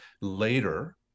later